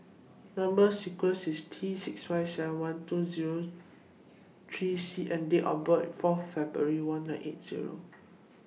Number sequence IS T six five seven two Zero three C and Date of birth IS four February one nine eight Zero